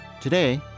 Today